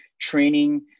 training